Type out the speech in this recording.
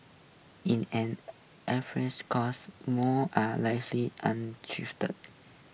in an every scores more are